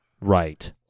Right